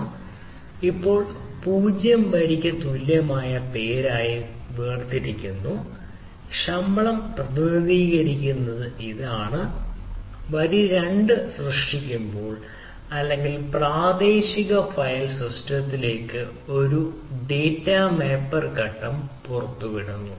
ഞാൻ ഇപ്പോൾ 0 വരിക്ക് തുല്യമായ പേര് വേർതിരിക്കുന്നു ശമ്പളം പ്രതിനിധീകരിക്കുന്നത് ഇതാണ് വരി 2 സൃഷ്ടിക്കുമ്പോൾ അല്ലെങ്കിൽ പ്രാദേശിക ഫയൽ സിസ്റ്റത്തിലേക്ക് ഡാറ്റ മാപ്പർ ഘട്ടം പുറത്തുവിടുന്നു